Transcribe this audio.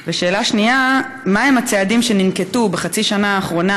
2. מה הם הצעדים שננקטו בחצי השנה האחרונה,